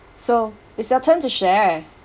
so it's your turn to share